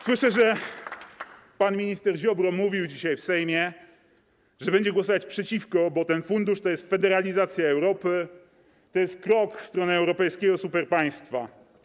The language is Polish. Słyszę, że pan minister Ziobro mówił dzisiaj w Sejmie, że będzie głosować przeciwko, bo ten fundusz to jest federalizacja Europy, to jest krok w stronę europejskiego superpaństwa.